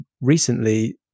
recently